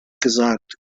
gesagt